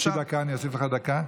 אני אוסיף לך דקה.